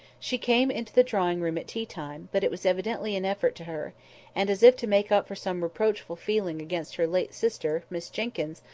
she came into the drawing-room at tea-time, but it was evidently an effort to her and, as if to make up for some reproachful feeling against her late sister, miss jenkyns,